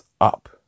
up